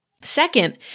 Second